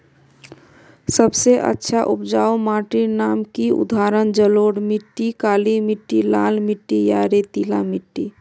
सबसे अच्छा उपजाऊ माटिर नाम की उदाहरण जलोढ़ मिट्टी, काली मिटटी, लाल मिटटी या रेतीला मिट्टी?